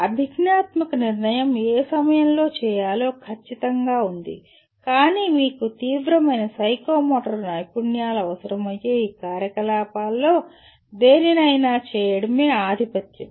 అభిజ్ఞాత్మక నిర్ణయం ఏ సమయంలో చేయాలో ఖచ్చితంగా ఉంది కానీ మీకు తీవ్రమైన సైకోమోటర్ నైపుణ్యాలు అవసరమయ్యే ఈ కార్యకలాపాలలో దేనినైనా చేయడమే ఆధిపత్యం